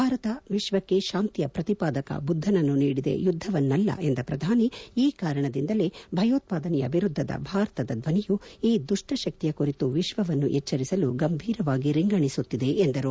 ಭಾರತ ವಿಶ್ಲಕ್ಷೆ ಶಾಂತಿಯ ಪ್ರತಿಪಾದಕ ಬುದ್ದನನ್ನು ನೀಡಿದೆ ಯುದ್ದವನ್ನಲ್ಲ ಎಂದ ಪ್ರಧಾನಿ ಈ ಕಾರಣದಿಂದಲೇ ಭಯೋತ್ಪಾದನೆಯ ವಿರುದ್ದದ ಭಾರತದ ಧ್ಯನಿಯು ಈ ದುಷ್ನ ಶಕ್ತಿಯ ಕುರಿತು ವಿಶ್ವವನ್ನು ಎಚ್ಚರಿಸಲು ಗಂಭೀರವಾಗಿ ರಿಂಗಣಿಸುತ್ತಿದೆ ಎಂದರು